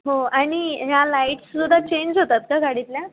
हो आणि ह्या लाईट्स सुद्धा चेंज होतात का गाडीतल्या